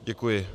Děkuji.